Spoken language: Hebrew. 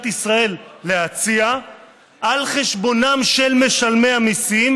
ישראל להציע על חשבונם של משלמי המיסים,